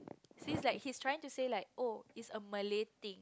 see it's like he is trying to say like oh it's a Malay thing